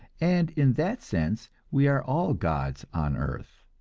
and in that sense we are all gods on earth.